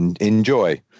enjoy